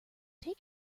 take